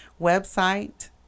website